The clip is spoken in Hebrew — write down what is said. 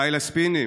די לספינים.